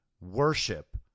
worship